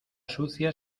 sucia